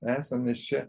esam mes čia